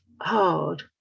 hard